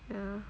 ya